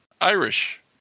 Irish